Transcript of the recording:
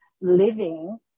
living